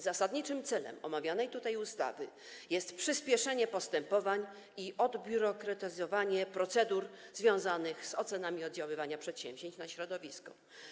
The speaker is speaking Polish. Zasadniczym celem omawianej tutaj ustawy jest przyspieszenie postępowań i odbiurokratyzowanie procedur związanych z ocenami oddziaływania przedsięwzięć na środowisko.